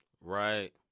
right